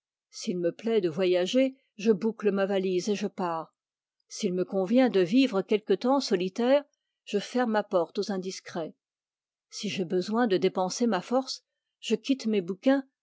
s'il me plaît de voyager je boucle ma valise et je pars s'il me convient de vivre solitaire je ferme la porte aux indiscrets si j'ai besoin de dépenser ma force je quitte mes bouquins